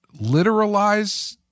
literalize